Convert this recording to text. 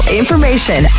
information